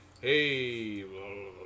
hey